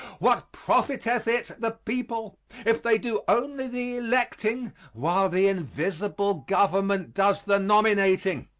what profiteth it the people if they do only the electing while the invisible government does the nominating?